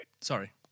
Sorry